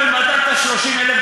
יש גבול שם, היית ומדדת 30,000 דונם?